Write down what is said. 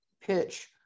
pitch